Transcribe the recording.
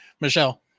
Michelle